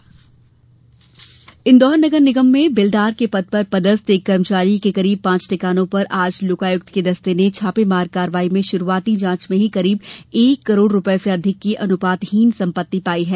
लोकायुक्त कार्यवाही इंदौर नगर निगम में बेलदार के पद पर पदस्थ एक कर्मचारी के करीब पांच ठिकानों पर आज लोकायुक्त के दस्ते ने छापेमार कार्यवाही में शुरुआती जांच में ही करीब एक करोड़ रुपए से अधिक की अनुपातहीन संपत्ति पाई है